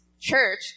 Church